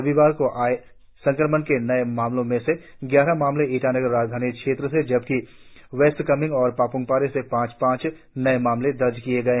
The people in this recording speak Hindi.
रविवार को आए संक्रमण के नए मामलों में से ग्यारह मामले ईटानगर राजधानी क्षेत्र से जबकि वेस्ट कामेंग और पापमपारे से पांच पांच नए मामले दर्ज किए गए